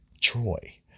Troy